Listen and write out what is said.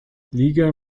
liga